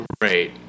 great